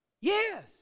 Yes